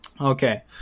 okay